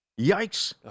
Yikes